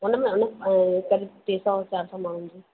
हुन में हुन में ऐं करीब टे सौ चारि सौ माण्हूनि जी